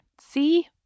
See